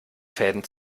fäden